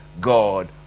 God